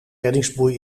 reddingsboei